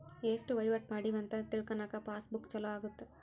ಎಸ್ಟ ವಹಿವಾಟ ಮಾಡಿವಿ ಅಂತ ತಿಳ್ಕನಾಕ ಪಾಸ್ ಬುಕ್ ಚೊಲೊ ಅಗುತ್ತ